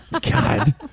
God